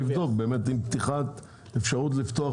אתם צריכים לבדוק אם פתיחת האפשרות לפתוח